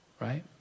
right